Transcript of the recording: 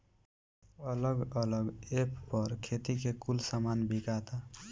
अलग अलग ऐप पर खेती के कुल सामान बिकाता